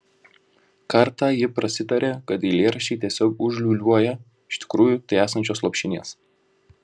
kartą ji prasitarė kad eilėraščiai tiesiog užliūliuoją iš tikrųjų tai esančios lopšinės